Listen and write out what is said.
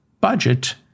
budget